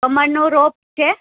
કમળનો રોપ છે